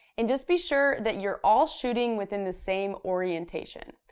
and just be sure that you're all shooting within the same orientation.